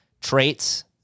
traits